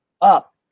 up